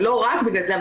לא רק בגלל זה,